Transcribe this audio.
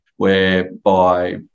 whereby